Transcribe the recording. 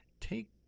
take